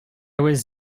was